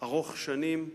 ארוך שנים,